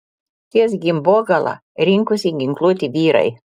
ties gimbogala rinkosi ginkluoti vyrai